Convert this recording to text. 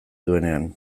duenean